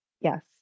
yes